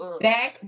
Back